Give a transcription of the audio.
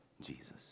Jesus